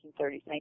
1930s